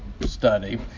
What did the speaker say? study